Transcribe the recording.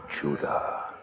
Judah